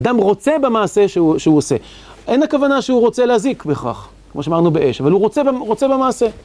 אדם רוצה במעשה שהוא עושה, אין הכוונה שהוא רוצה להזיק בכך, כמו שאמרנו באש, אבל הוא רוצה במעשה.